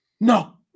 no